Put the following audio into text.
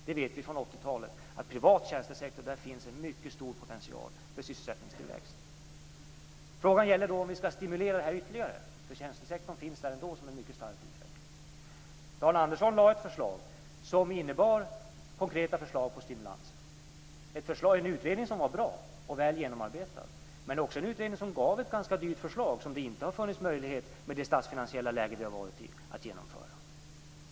Vi vet från 80-talet att det finns en mycket stor potential i privat tjänstesektor för sysselsättningstillväxt. Frågan gäller då om vi skall stimulera detta ytterligare. Tjänstesektorn har ändå en mycket starkt utveckling. Dan Andersson lade fram ett förslag som innebar konkreta förslag till stimulans. Det var en utredning som var bra och väl genomarbetad. Men det var också en utredning som gav ett ganska dyrt förslag som det inte har funnits möjlighet att genomföra i det statsfinansiella läge som vi har varit i.